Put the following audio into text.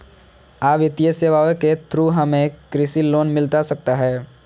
आ वित्तीय सेवाएं के थ्रू हमें कृषि लोन मिलता सकता है?